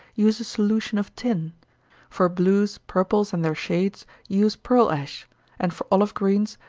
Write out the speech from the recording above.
use a solution of tin for blues, purples, and their shades, use pearl-ash and for olive-greens,